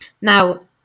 now